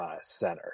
center